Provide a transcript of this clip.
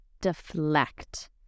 deflect